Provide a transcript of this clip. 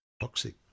Toxic